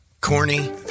Corny